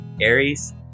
Aries